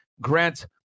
Grant